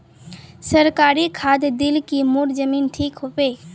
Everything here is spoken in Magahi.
सरकारी खाद दिल की मोर जमीन ठीक होबे?